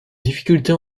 difficultés